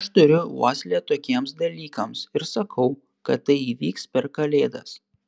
aš turiu uoslę tokiems dalykams ir sakau kad tai įvyks per kalėdas